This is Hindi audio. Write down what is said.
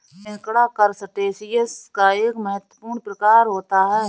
केकड़ा करसटेशिंयस का एक महत्वपूर्ण प्रकार होता है